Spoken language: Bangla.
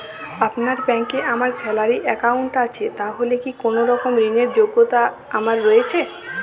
আপনার ব্যাংকে আমার স্যালারি অ্যাকাউন্ট আছে তাহলে কি কোনরকম ঋণ র যোগ্যতা আমার রয়েছে?